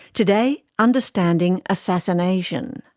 today, understanding assassination.